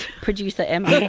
producer emma,